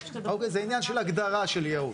זה עניין של הגדרה של ייעוד.